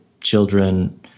children